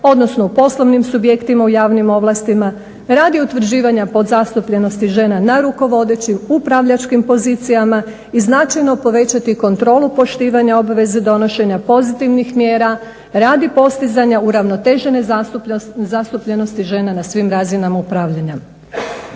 odnosno u poslovnim subjektima u javnim ovlastima. Radi utvrđivanja podzastupljenosti žena na rukovodećim, upravljačkim pozicijama i značajno povećati kontrolu poštivanja obveze donošenja pozitivnih mjera radi postizanja uravnotežene zastupljenosti žena na svim razinama upravljanja.